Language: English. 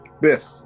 Biff